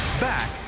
Back